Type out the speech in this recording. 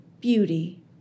Beauty